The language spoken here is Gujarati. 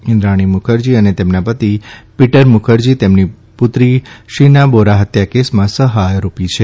ઇન્દ્રાણી મુખર્જી અને તેમના તિ ીટર મુખર્જી તેમની પુત્રી શીના બોરા હત્યા કેસમાં સહઆરો ી છે